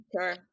Sure